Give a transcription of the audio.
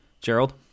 Gerald